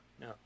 no